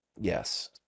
yes